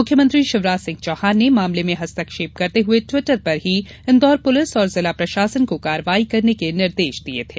मुख्यमंत्री शिवराज सिंह चौहान ने मामले में हस्तक्षेप करते हुए ट्विटर पर ही इंदौर पुलिस और जिला प्रशासन को कार्रवाई करने के निर्देश दिये थे